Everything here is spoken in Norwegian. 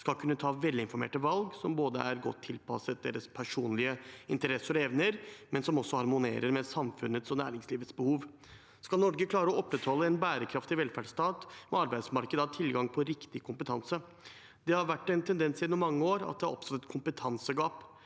skal kunne ta velinformerte valg som er godt tilpasset deres personlige interesser og evner, og som også harmonerer med samfunnets og næringslivets behov. Om Norge skal klare å opprettholde en bærekraftig velferdsstat, må arbeidsmarkedet ha tilgang på riktig kompetanse. Det har vært en tendens gjennom mange år at det har oppstått et kompetanse gap.